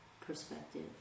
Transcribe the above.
perspective